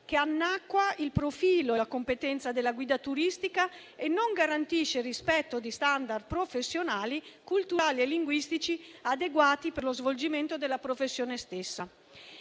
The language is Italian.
che annacqua il profilo e la competenza della guida turistica e non garantisce il rispetto di *standard* professionali, culturali e linguistici adeguati per lo svolgimento della professione stessa.